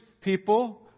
people